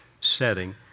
setting